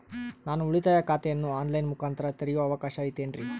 ನಾನು ಉಳಿತಾಯ ಖಾತೆಯನ್ನು ಆನ್ ಲೈನ್ ಮುಖಾಂತರ ತೆರಿಯೋ ಅವಕಾಶ ಐತೇನ್ರಿ?